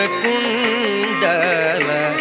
kundala